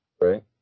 Right